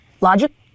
Logic